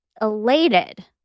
elated